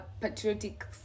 patriotic